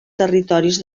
territoris